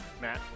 Matt